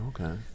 Okay